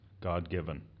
God-given